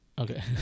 Okay